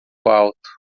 alto